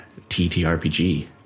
TTRPG